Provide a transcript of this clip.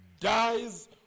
dies